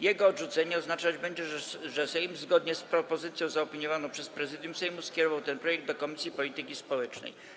Jego odrzucenie oznaczać będzie, że Sejm, zgodnie z propozycją zaopiniowaną przez Prezydium Sejmu, skierował ten projekt do Komisji Polityki Społecznej.